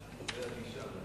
זאת הגישה.